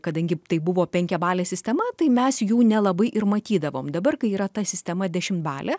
kadangi tai buvo penkiabalė sistema tai mes jų nelabai ir matydavom dabar kai yra ta sistema dešimtbalė